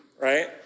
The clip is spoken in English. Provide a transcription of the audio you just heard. Right